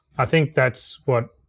i think that's what,